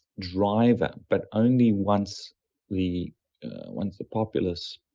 driver, but only once the once the populace,